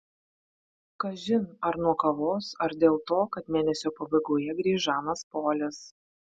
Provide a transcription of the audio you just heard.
kažin ar nuo kavos ar dėl to kad mėnesio pabaigoje grįš žanas polis